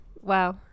Wow